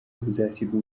uzasiga